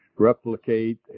Replicate